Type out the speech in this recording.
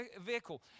vehicle